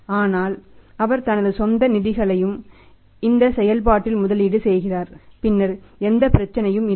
ஆனால் அவர் தனது சொந்த நிதிகளையும் இந்த செயல்பாட்டில் முதலீடு செய்கிறார் பின்னர் எந்த பிரச்சனையும் இல்லை